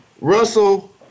Russell